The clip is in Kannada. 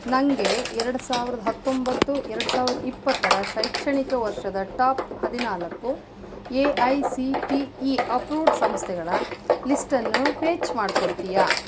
ನನಗೆ ಎರ್ಡು ಸಾವ್ರ್ದ ಹತ್ತೊಂಬತ್ತು ಎರ್ಡು ಸಾವ್ರ ಇಪ್ಪತ್ತರ ಶೈಕ್ಷಣಿಕ ವರ್ಷದ ಟಾಪ್ ಹದಿನಾಲ್ಕು A I C T E approved ಸಂಸ್ಥೆಗಳ ಲಿಸ್ಟನ್ನು ಪೇಚ್ ಮಾಡ್ಕೊಡ್ತೀಯಾ